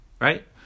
right